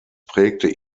prägte